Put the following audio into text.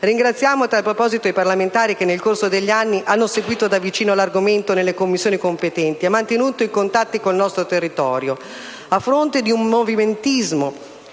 Ringraziamo a tal proposito i parlamentari che nel corso degli anni hanno seguito da vicino l'argomento nelle Commissioni competenti e mantenuto i contatti con il nostro territorio. A fronte di un movimentismo